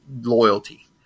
loyalty